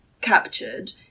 captured